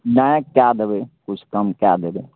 नहि कए देबै किछु कम कए देबै